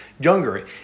younger